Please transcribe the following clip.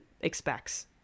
expects